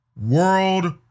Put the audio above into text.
World